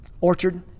Orchard